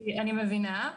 אני מבינה.